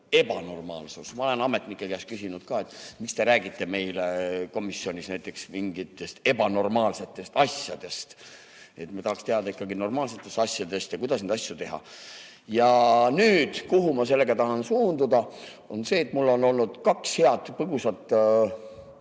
ebanormaalsus. Ma olen ametnike käest küsinud ka, miks te räägite meile komisjonis näiteks mingitest ebanormaalsetest asjadest. Ma tahaks teada ikkagi normaalsetest asjadest ja kuidas neid asju teha. Ja nüüd, kuhu ma sellega tahan suunduda? Sinna, et mul on olnud kaks head põgusalt